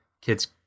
kid's